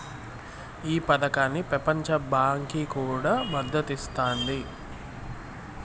ఈ పదకానికి పెపంచ బాంకీ కూడా మద్దతిస్తాండాది